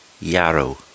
Yarrow